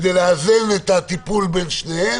כדי לאזן את הטיפול בין שניהם.